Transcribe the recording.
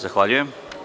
Zahvaljujem.